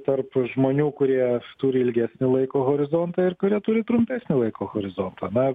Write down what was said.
tarp žmonių kurie turi ilgesnį laiko horizontą ir kurie turi trumpesnį laiko horizontą na